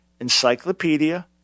Encyclopedia